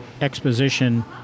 exposition